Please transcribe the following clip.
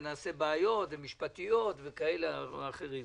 ונעשה בעיות משפטיות וכאלו ואחרות.